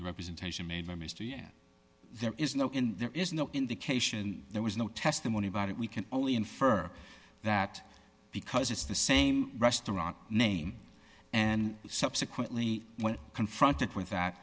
representation made by mr yet there is no in there is no indication there was no testimony about it we can only infer that because it's the same restaurant name and subsequently when confronted with that